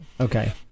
okay